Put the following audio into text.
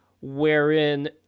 wherein